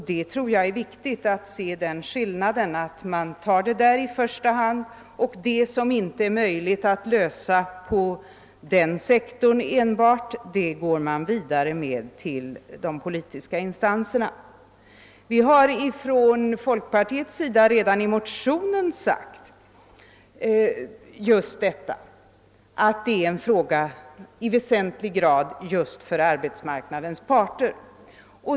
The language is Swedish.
Jag tror det är viktigt att se den skillnaden och i första hand välja denna väg för att — om det inte är möjligt att komma fram enbart på den vägen — gå vidare till de politiska instanserna. Inom folkpartiet har vi redan i motionen sagt att detta i väsentlig grad är en fråga för arbetsmarknadens parter.